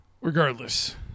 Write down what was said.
regardless